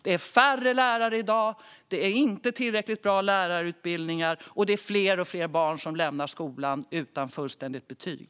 Det är färre lärare i dag, det är inte tillräckligt bra lärarutbildningar och det är allt fler barn som lämnar skolan utan fullständiga betyg.